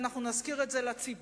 ואנחנו נזכיר את זה לציבור,